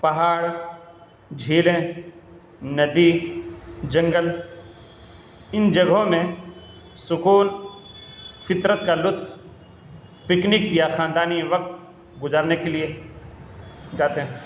پہاڑ جھیلیں ندی جنگل ان جگہوں میں سکون فطرت کا لطف پکنک یا خاندانی وقت گزارنے کے لیے جاتے ہیں